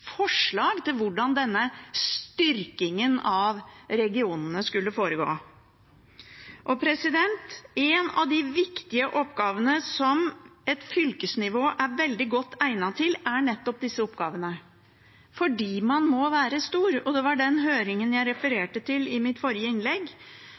forslag til hvordan denne styrkingen av regionene skulle foregå. Noen av de viktige oppgavene som et fylkesnivå er veldig godt egnet til, er nettopp disse oppgavene – fordi man må være stor. Og det var den høringen jeg